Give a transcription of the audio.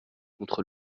contre